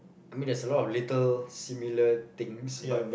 I mean there's a lot of little similar things but